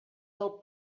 del